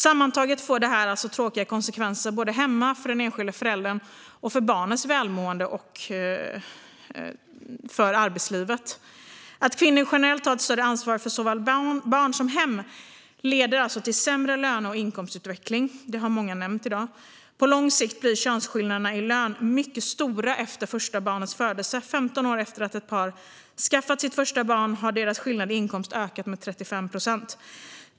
Sammantaget får det här alltså tråkiga konsekvenser såväl hemma för den enskilde föräldern och för barnens välmående som i arbetslivet. Att kvinnor generellt tar ett större ansvar för såväl barn som hem leder alltså till sämre löne och inkomstutveckling. Det har många nämnt i dag. På lång sikt blir könsskillnaderna i lön mycket stora efter första barnets födelse. 15 år efter att ett par skaffat sitt första barn har deras skillnad i inkomst ökat med 35 procent.